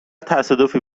تصادفی